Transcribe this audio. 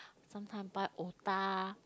sometime buy otah